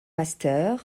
masters